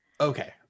Okay